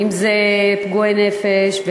אם זה פגועי נפש,